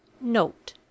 NOTE